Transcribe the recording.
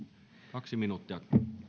kaksi minuuttia